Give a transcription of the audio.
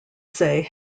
say